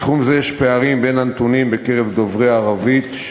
בתחום זה יש פערים בין הנתונים בקרב דוברי ערבית,